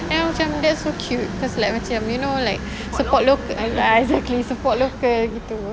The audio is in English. then macam that's so cute cause like macam you know like support local ya exactly support local gitu